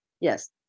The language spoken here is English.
Yes